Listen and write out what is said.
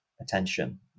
attention